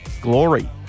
glory